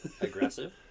aggressive